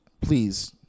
Please